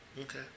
okay